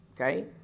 okay